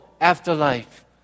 afterlife